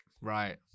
Right